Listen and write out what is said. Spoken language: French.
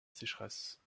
sécheresse